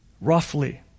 roughly